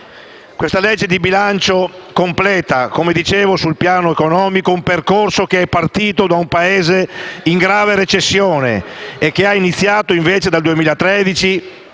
di legge di bilancio completa sul piano economico un percorso che è partito da un Paese in grave recessione, il quale ha iniziato invece dal 2013,